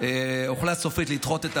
הוחלט סופית לדחות,